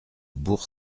bourg